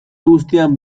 guztian